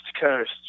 Coast